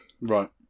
Right